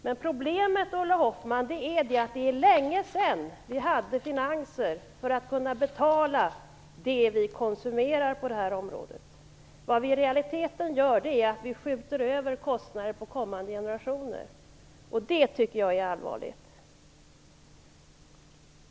Men problemet, Ulla Hoffmann, är att det är länge sedan vi hade finanser som gjorde det möjligt att betala det vi konsumerar på det här området. I realiteten skjuter vi i stället över kostnaderna på kommande generationer, och det tycker jag är allvarligt.